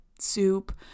soup